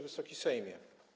Wysoki Sejmie!